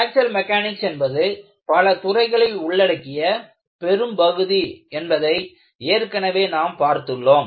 fracture mechanics என்பது பல துறைகளை உள்ளடக்கிய பெரும் பகுதி என்பதை ஏற்கனவே நாம் பார்த்துள்ளோம்